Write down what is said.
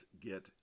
get